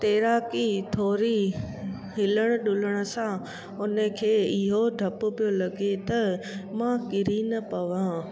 तैराकी थोरी हिलण डुलण सां उन खे इहो डपु पियो लॻे त मां किरी न पया